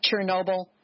Chernobyl